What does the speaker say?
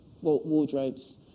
wardrobes